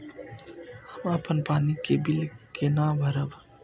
हम अपन पानी के बिल केना भरब?